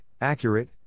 accurate